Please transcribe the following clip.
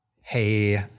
hey